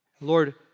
Lord